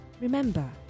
Remember